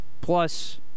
plus